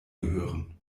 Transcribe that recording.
gehören